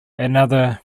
another